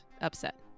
upset